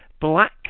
black